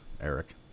Eric